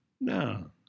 No